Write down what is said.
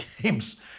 games